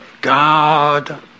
God